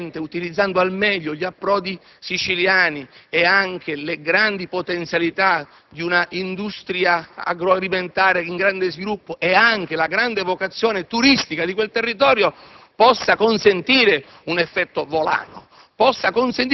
sviluppando, utilizzare al meglio gli approdi siciliani, le grandi potenzialità di un'industria agroalimentare in grande sviluppo e anche la grande vocazione turistica di quel territorio, con l'effetto volano